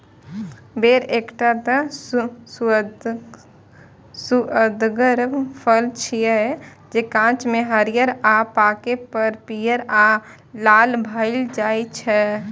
बेर एकटा सुअदगर फल छियै, जे कांच मे हरियर आ पाके पर पीयर आ लाल भए जाइ छै